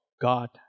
God